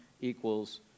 equals